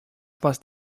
was